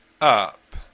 up